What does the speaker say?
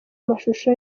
amashusho